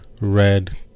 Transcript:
red